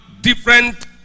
different